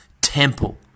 temple